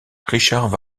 richard